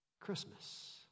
Christmas